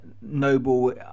Noble